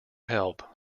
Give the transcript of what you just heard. help